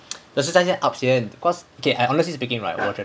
可是在那边 up 边 cause okay I honestly speaking right